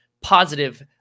positive